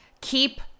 Keep